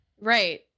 Right